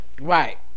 Right